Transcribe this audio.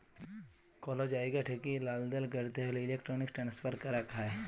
call জায়গা ঠেকিয়ে লালদেল ক্যরতে হ্যলে ইলেক্ট্রনিক ট্রান্সফার ক্যরাক হ্যয়